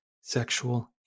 sexual